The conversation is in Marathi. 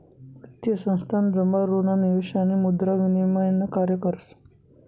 वित्तीय संस्थान जमा ऋण निवेश आणि मुद्रा विनिमय न कार्य करस